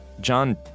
John